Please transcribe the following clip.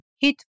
hit